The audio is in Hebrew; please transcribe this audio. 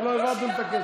רק לא העברתם את הכסף.